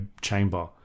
chamber